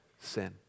sin